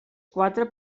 quatre